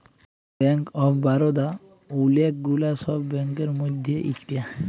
bank of Baroda ওলেক গুলা সব ব্যাংকের মধ্যে ইকটা